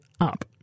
up